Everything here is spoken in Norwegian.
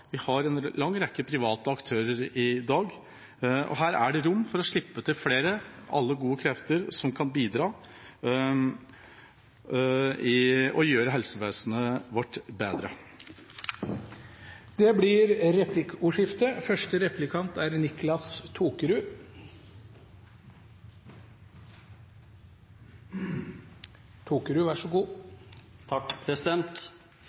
vi har en lang rekke private aktører i dag. Her er det rom for å slippe til flere, alle gode krefter som kan bidra til å gjøre helsevesenet vårt bedre. Det blir replikkordskifte.